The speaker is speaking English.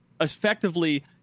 Effectively